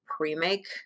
pre-make